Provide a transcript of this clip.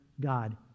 God